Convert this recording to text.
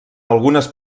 algunes